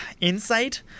insight